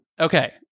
Okay